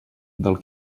del